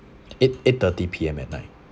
eight eight thirty P_M at night